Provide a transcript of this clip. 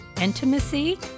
intimacy